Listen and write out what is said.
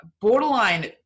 borderline